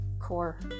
core